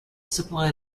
supply